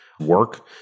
work